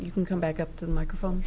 you can come back up to the microphone